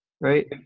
right